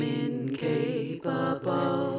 incapable